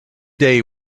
day